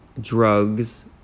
drugs